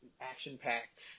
action-packed